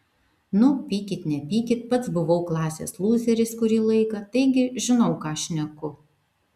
nu pykit nepykit pats buvau klasės lūzeris kurį laiką taigi žinau ką šneku